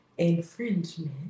infringement